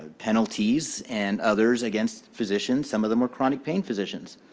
penalties and others against physicians some of them were chronic pain physicians.